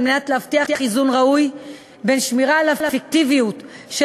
על מנת להבטיח איזון ראוי בין שמירה על האפקטיביות של